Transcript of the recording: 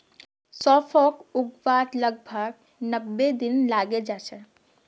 सौंफक उगवात लगभग नब्बे दिन लगे जाच्छे